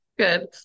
Good